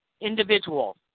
individuals